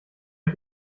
ich